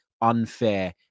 unfair